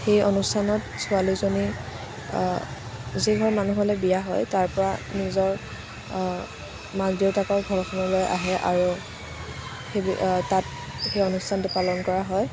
সেই অনুষ্ঠানত ছোৱালীজনী যি ঘৰ মানুহলৈ বিয়া হয় তাৰ পৰা নিজৰ মাক দেউতাকৰ ঘৰখনলৈ আহে আৰু তাত সেই অনুষ্ঠানটো পালন কৰা হয়